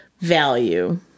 Value